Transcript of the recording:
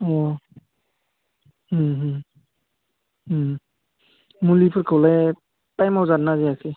अ मुलिफोरखौलाय टाइमाव जादोंना जायाखै